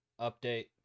update